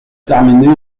terminer